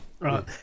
Right